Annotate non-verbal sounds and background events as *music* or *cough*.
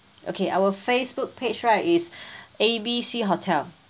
okay our Facebook page right is *breath* A_B_C hotel